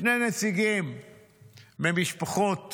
שני נציגים ממשפחות